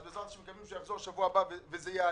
אז בעזרת השם מקווים שהוא יחזור בשבוע הבא וזה יעלה.